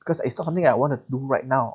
because it's not something I want to do right now